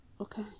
okay